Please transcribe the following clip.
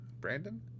Brandon